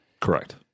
Correct